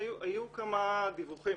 היו כמה דיווחים.